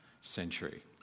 century